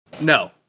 No